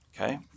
Okay